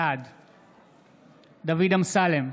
בעד דוד אמסלם,